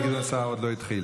כי גדעון סער עוד לא התחיל.